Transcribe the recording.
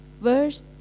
verse